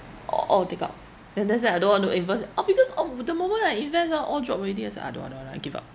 a~ all take out and that's why I don't want to invest uh because of the moment I invest orh all drop already I said I don't want don't want don't want I give up